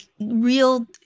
real